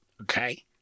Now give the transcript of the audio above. Okay